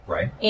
Right